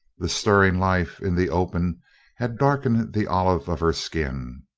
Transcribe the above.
the stirring life in the open had darkened the olive of her skin,